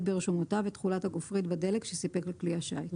ברשומותיו את תכולת הגופרית בדלק שסיפק לכלי השיט".